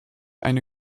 eine